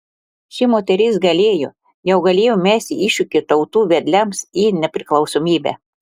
ši moteris galėjo jau galėjo mesti iššūkį tautų vedliams į nepriklausomybę